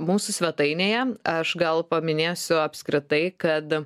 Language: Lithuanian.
mūsų svetainėje aš gal paminėsiu apskritai kad